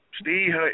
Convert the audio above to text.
Steve